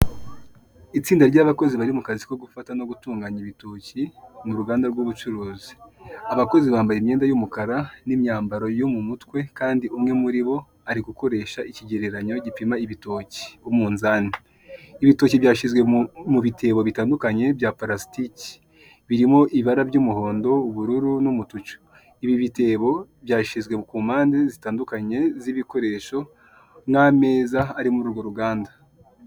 Itsinda ry'abakozi bari mu kazi ko gufata no gutunganya ibitoki mu ruganda rw'ubucuruzi, abakozi bambaye imyenda y'umukara n'imyambaro yo mu mutwe kandi umwe muri bo ari gukoresha ikigereranyo gipima ibitoki umunzani, ibitoki byashyizwe mu bitebo bitandukanye bya parasitiki birimo ibara ry'umuhondo, ubururu n'umutuku, ibi bitebo byashyizwe ku mpande zitandukanye z'ibikoresho n'ameza ari muri urwo ruganda.